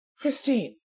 Christine